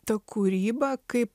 ta kūryba kaip